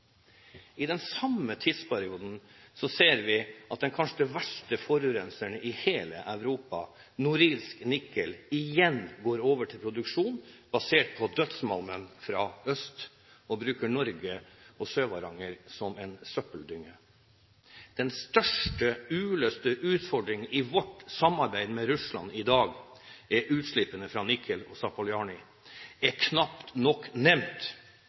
I den samme tidsperioden ser vi at den kanskje verste forurenseren i hele Europa, Norilsk Nickel, igjen går over til produksjon basert på dødsmalmen fra øst og bruker Norge og Sør-Varanger som en søppeldynge. Den største uløste utfordringen i vårt samarbeid med Russland i dag – utslippene fra Nikel og Zapoljarnij – er knapt nok nevnt.